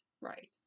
right